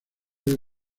del